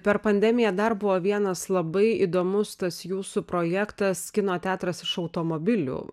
per pandemiją dar buvo vienas labai įdomus tas jūsų projektas kino teatras iš automobilių